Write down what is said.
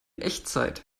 echtzeit